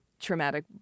traumatic